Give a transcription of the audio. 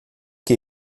que